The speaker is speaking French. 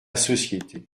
société